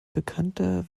bekannter